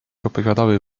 opowiadały